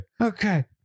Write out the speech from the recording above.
Okay